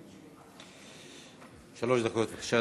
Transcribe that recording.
בבקשה.